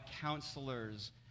counselors